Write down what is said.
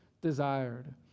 desired